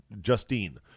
Justine